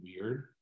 weird